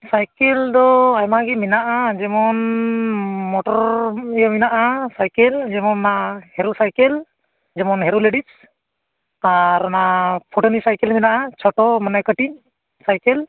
cycle ᱫᱚ ᱟᱭᱢᱟ ᱜᱮ ᱢᱮᱱᱟᱜᱼᱟ ᱡᱮᱢᱚᱱ ᱢᱚᱴᱚᱨ ᱤᱭᱟᱹ ᱢᱮᱱᱟᱜᱼᱟ ᱥᱟᱭᱠᱮᱞ ᱡᱮᱢᱚᱱ ᱚᱱᱟ ᱦᱤᱨᱳ ᱥᱟᱭᱠᱮᱞ ᱡᱮᱢᱚᱱ ᱦᱤᱨᱳ ᱞᱮᱰᱤᱥ ᱟᱨ ᱚᱱᱟ ᱯᱷᱚᱴᱳᱱ ᱥᱟᱭᱠᱮᱞ ᱦᱮᱱᱟᱜᱼᱟ ᱪᱷᱚᱴᱚ ᱢᱟᱱᱮ ᱠᱟᱹᱴᱤᱡ ᱥᱟᱭᱠᱮᱞ